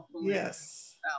Yes